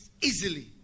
easily